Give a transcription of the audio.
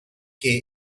que